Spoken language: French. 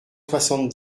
soixante